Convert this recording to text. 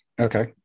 Okay